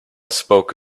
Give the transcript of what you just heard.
spoke